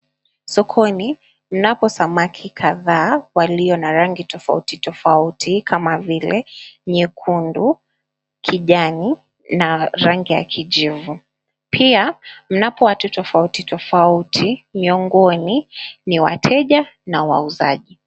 Sokoni mnapo samaki kadhaa walio na rangi tofauti tofauti kama vile nyekundu, kijani na rangi ya kijivu. Pia mnapo watu tofauti tofauti. Miongoni ni wateja na wauzaji.